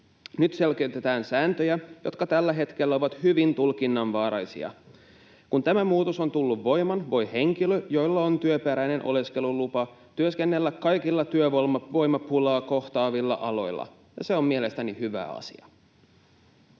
Nyt selkeytetään sääntöjä, jotka tällä hetkellä ovat hyvin tulkinnanvaraisia. Kun tämä muutos on tullut voimaan, voi henkilö, jolla on työperäinen oleskelulupa, työskennellä kaikilla työvoimapulaa kohtaavilla aloilla, ja se on mielestäni hyvä asia.